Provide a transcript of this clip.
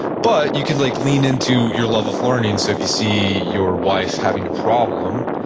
but you can like lean into your love of learning, so if you see your wife having a problem,